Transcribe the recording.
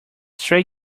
stray